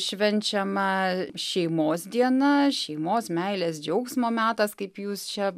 švenčiama šeimos diena šeimos meilės džiaugsmo metas kaip jūs čia